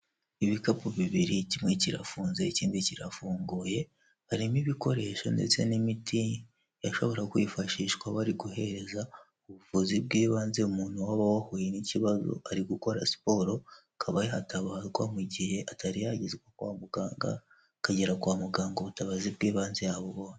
Ibikapu bibiri kimwe kirafunze ikindi kirafunguye, harimo ibikoresho ndetse n'imiti ishobora kwifashishwa bari guhereza ubuvuzi bw'ibanze umuntu waba wahuye n'ikibazo ari gukora siporo, akaba yatabarwa mu gihe atari yageze kwa muganga, akagera kwa muganga ubutabazi bw'ibanze yabubonye.